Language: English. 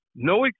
No